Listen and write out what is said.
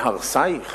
מהרסייך